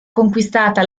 conquistata